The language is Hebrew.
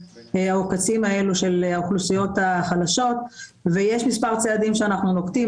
העוקצים האלה של האוכלוסיות החלשות ויש מספר צעדים שאנחנו נוקטים.